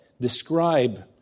describe